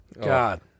God